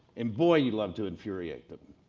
and boy you loved to infuriate them,